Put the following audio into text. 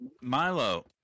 Milo